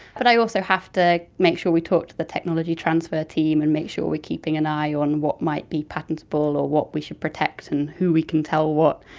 but i also have to make sure we talk to the technology transfer team, and make sure we are keeping an eye on what might be patentable or what we should protect and who we can tell what.